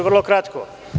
Vrlo ću kratko.